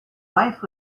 wife